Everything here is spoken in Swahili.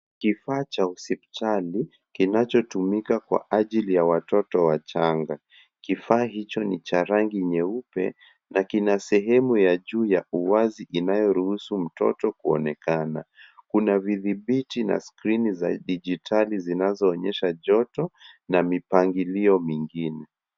Kifaa cha hospitali kinachotumika kwa ajili ya watoto wachanga. Kifaa hicho ni cha rangi nyeupe na kina sehemu ya juu ya uwazi inayoruhusu mtoto kuonekana. Kuna vidhibiti na skrini za dijitali zinazoonyesha joto na mipangilio mingine.